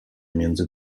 między